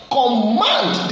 command